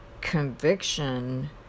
conviction